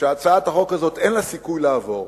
שהצעת החוק הזאת, אין לה סיכוי לעבור,